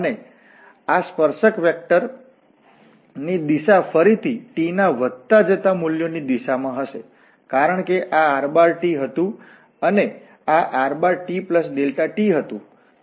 અને આ સ્પર્શક વેક્ટર ની દિશા ફરીથી t ના વધતા જતા મૂલ્યોની દિશામાં હશે કારણ કે આ rt હતુ અને આ rtt હતુ